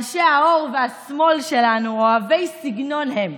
אנשי האור והשמאל שלנו אוהבי סגנון הם,